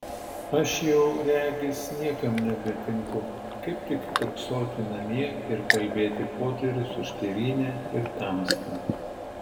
aš jau regis niekam nebetinku kaip tik kiurksoti namie ir kalbėti poterius už tėvynę ir tamstą